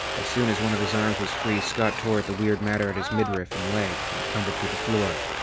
as soon as one of his arms was free, scott tore tore at the weird matter at his midriff and leg-and tumbled to the floor.